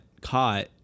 caught